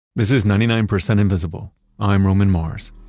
this is ninety nine percent invisible. i'm roman mars